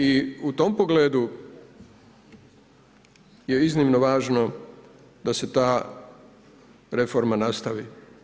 I u tom pogledu je iznimno važno da se ta reforma nastavi.